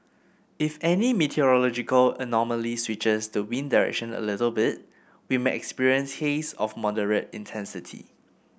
if any meteorological anomaly switches the wind direction a little bit we may experience haze of moderate intensity